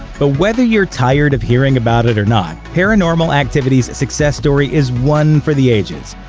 but whether you're tired of hearing about it or not, paranormal activity's success story is one for the ages.